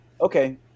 okay